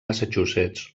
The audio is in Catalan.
massachusetts